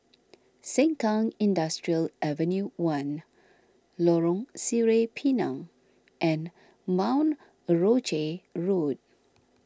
Sengkang Industrial Avenue one Lorong Sireh Pinang and Mount Rosie Road